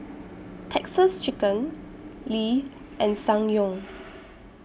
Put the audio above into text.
Texas Chicken Lee and Ssangyong